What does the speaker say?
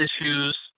issues